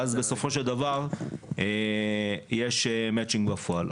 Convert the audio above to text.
ואז בסופו של דבר יש מצ'ינג בפועל.